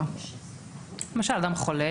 למשל אדם חולה.